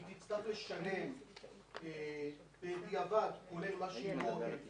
היא תצטרך לשלם בדיעבד כולל מה שהיא לא העבירה.